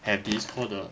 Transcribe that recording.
have these called the